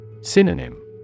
Synonym